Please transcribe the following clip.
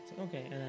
okay